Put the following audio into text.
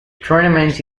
tournament